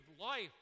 life